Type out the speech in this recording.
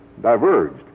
diverged